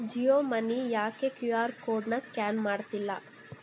Jio money ಯಾಕೆ Q R ಕೋಡನ್ನ scan ಮಾಡ್ತಿಲ್ಲ